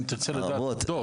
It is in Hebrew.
אם תרצה לשמוע עובדות,